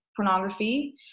Pornography